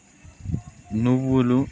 నువ్వులు